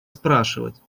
спрашивать